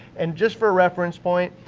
and just for reference point,